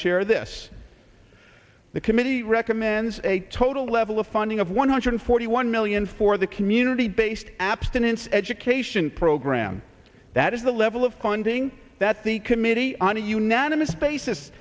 chair this the committee recommends a total level of funding of one hundred forty one million for the community based abstinence education program that is the level of funding that the committee on a unanimous basis